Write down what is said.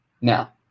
now